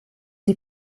die